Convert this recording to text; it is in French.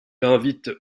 invite